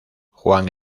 juan